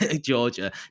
Georgia